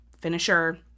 finisher